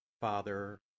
Father